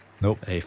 Nope